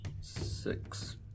six